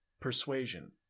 persuasion